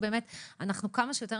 אנחנו משתדלים כמה שיותר